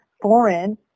foreign